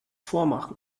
vormachen